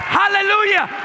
hallelujah